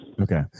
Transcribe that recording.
Okay